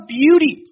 beauty